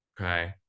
Okay